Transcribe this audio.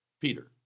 Peter